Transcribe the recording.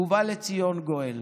ובא לציון גואל.